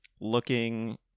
looking